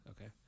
Okay